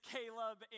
Caleb